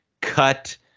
cut